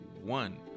one